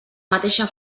mateixa